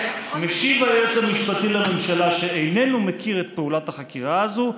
משיב היועץ המשפטי לממשלה שאיננו מכיר את פעולת החקירה הזאת,